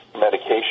medication